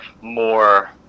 more